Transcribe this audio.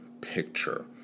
picture